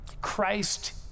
Christ